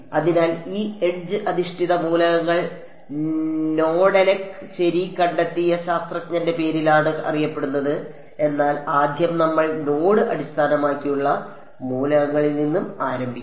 അതിനാൽ ഈ എഡ്ജ് അധിഷ്ഠിത മൂലകങ്ങൾ നെഡെലെക് ശരി കണ്ടെത്തിയ ശാസ്ത്രജ്ഞന്റെ പേരിലാണ് അറിയപ്പെടുന്നത് എന്നാൽ ആദ്യം നമ്മൾ നോഡ് അടിസ്ഥാനമാക്കിയുള്ള മൂലകങ്ങളിൽ നിന്ന് ആരംഭിക്കും